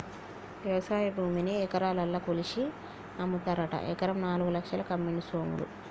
వ్యవసాయ భూమిని ఎకరాలల్ల కొలిషి అమ్ముతారట ఎకరం నాలుగు లక్షలకు అమ్మిండు సోములు